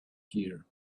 here